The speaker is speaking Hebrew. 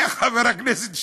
היה חבר הכנסת שטרן,